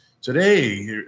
Today